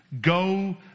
Go